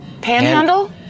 panhandle